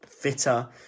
fitter